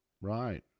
Right